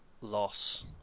loss